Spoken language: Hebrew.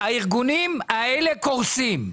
הארגונים האלה קורסים.